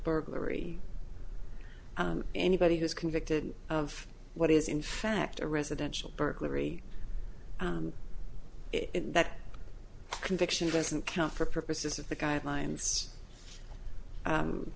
burglary anybody who's convicted of what is in fact a residential burglary that conviction doesn't count for purposes of the guidelines